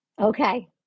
Okay